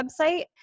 website